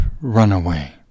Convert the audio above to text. runaway